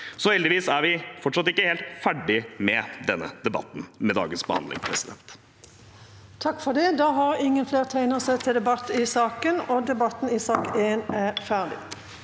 Heldigvis er vi fortsatt ikke helt ferdige med denne debatten med dagens behandling. Presidenten